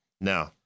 Now